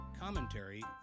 commentary